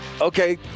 okay